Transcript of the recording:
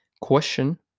question